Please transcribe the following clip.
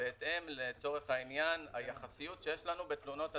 בהתאם ליחסיות שיש לנו בתלונות הציבור.